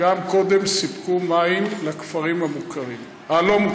גם קודם סיפקו מים לכפרים הלא-מוכרים.